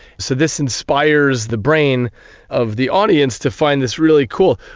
so this inspires the brain of the audience to find this really cool.